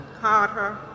Carter